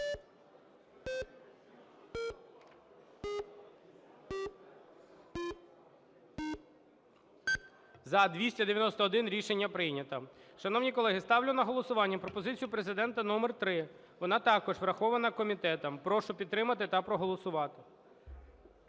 За-291 Рішення прийнято. Шановні колеги, ставлю на голосування пропозицію Президента номер три. Вона також врахована комітетом. Прошу підтримати та проголосувати.